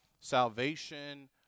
salvation